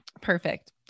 Perfect